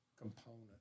component